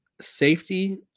Safety